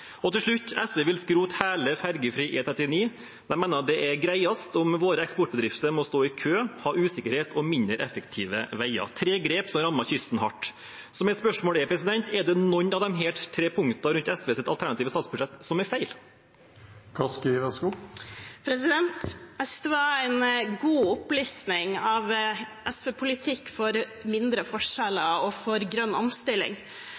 Til slutt: SV vil skrote hele fergefri E39 og mener det er greiest at våre eksportbedrifter må stå i kø, ha usikkerhet og mindre effektive veier – tre grep som rammer kysten hardt. Mitt spørsmål er: Er noen av disse punktene fra SVs alternative statsbudsjett feil? Svein Harberg hadde her overtatt presidentplassen. Jeg synes det var en god opplisting av SV-politikk for mindre forskjeller og for grønn omstilling.